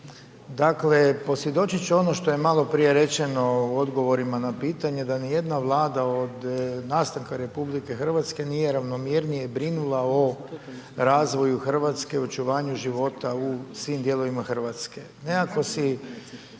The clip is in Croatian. Dakle, posvjedočiti ću ono što je maloprije rečeno u odgovorima na pitanje, da ni jedna vlada odnosno nastanka RH, nije ravnomjernije brinula o razvoju Hrvatske, očuvanju života u svim dijelovima Hrvatske.